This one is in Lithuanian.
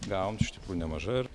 gavom iš tikrųjų nemažai ir